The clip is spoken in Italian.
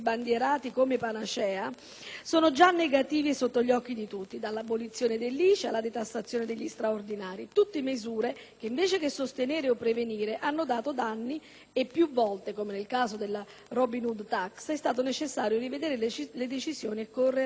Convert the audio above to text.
sono già negativi e sotto gli occhi di tutti, dall'abolizione dell'ICI alla detassazione degli straordinari: tutte misure che invece che sostenere o prevenire hanno comportato danni e più volte, come nel caso della Robin Hood *tax*, è stato necessario rivedere le decisioni e correre a tardivi ripari.